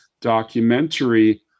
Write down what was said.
documentary